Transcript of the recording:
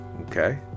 okay